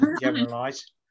generalize